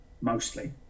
mostly